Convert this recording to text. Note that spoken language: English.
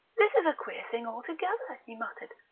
this is a queer thing altogether, he muttered.